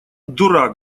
дурак